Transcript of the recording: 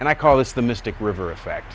and i call this the mystic river effect